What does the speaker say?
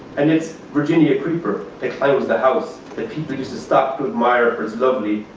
and it's virginia creeper that climbs the house that people used to stop to admire for it's lovely,